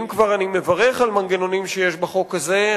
אם כבר אני מברך על מנגנונים שיש בחוק הזה,